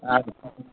ஆ